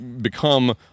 Become